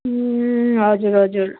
ए हजुर हजुर